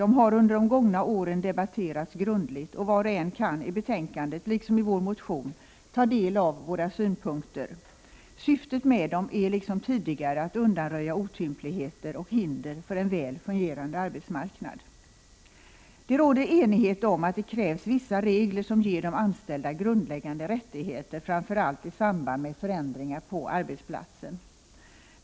De har under de gångna åren debatterats grundligt, och var och en kan i betänkandet, liksom i vår motion, ta del av våra synpunkter. Syftet med dem är liksom tidigare att undanröja otympligheter och hinder för en väl fungerande arbetsmarknad. Det råder enighet om att det krävs vissa regler som ger de anställda grundläggande rättigheter, framför allt i samband med förändringar på arbetsplatsen.